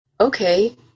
okay